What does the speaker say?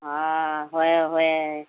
ꯑꯥ ꯍꯣꯏ ꯍꯣꯏ